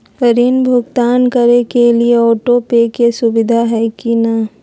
ऋण भुगतान करे के लिए ऑटोपे के सुविधा है की न?